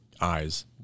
eyes